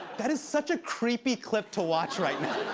that is such a creepy clip to watch right now.